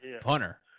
punter